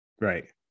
right